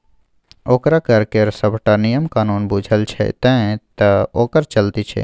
ओकरा कर केर सभटा नियम कानून बूझल छै तैं तँ ओकर चलती छै